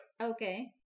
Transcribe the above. Okay